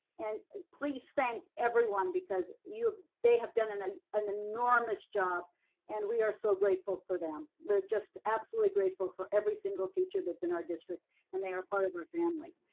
and please thank everyone because they have done an ah an enormous job and we are so grateful for them. we're just absolutely grateful for every single teacher that's in our district and they are part of our family.